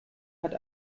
hat